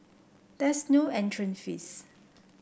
there is no entrance fee